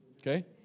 Okay